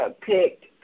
picked